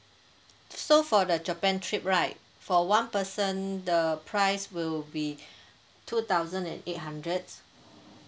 so for the japan trip right for one person the price will be two thousand and eight hundreds